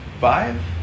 five